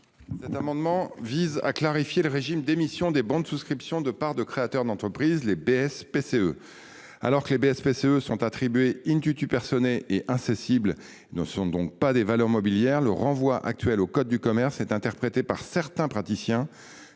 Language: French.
Cet amendement vise à clarifier le régime d’émission des bons de souscription de parts de créateur d’entreprise, les BSPCE. Alors qu’ils sont attribués et qu’ils sont incessibles, car il ne s’agit pas de valeurs mobilières, le renvoi actuel au code de commerce est interprété par certains praticiens